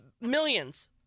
millions